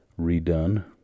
redone